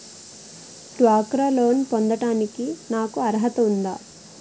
డ్వాక్రా లోన్ పొందటానికి నాకు అర్హత ఉందా?